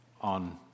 on